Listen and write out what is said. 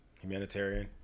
Humanitarian